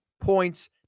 points